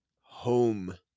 home